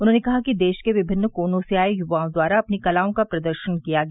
उन्होंने कहा कि देश के विभिन्न कोनों से आये युवाओं द्वारा अपनी कलाओं का प्रदर्शन किया गया